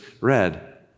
read